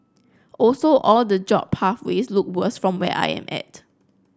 also all the job pathways look worse from where I am at